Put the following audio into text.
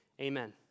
Amen